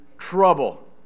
trouble